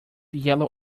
yellow